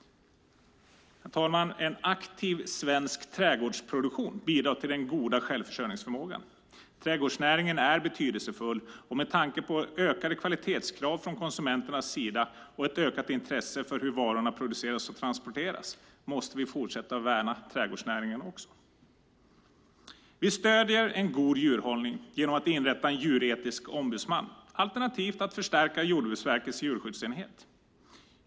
Herr talman! En aktiv svensk trädgårdsproduktion bidrar till den goda självförsörjningsförmågan. Trädgårdsnäringen är betydelsefull med tanke på ökade kvalitetskrav från konsumenternas sida och ett ökat intresse för hur varorna produceras och transporteras, och vi måste också fortsätta att värna trädgårdsnäringen. Vi stöder en god djurhållning genom att inrätta en djuretisk ombudsman alternativt förstärka Jordbruksverkets djurskyddsenhet.